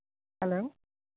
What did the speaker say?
hello